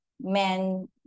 men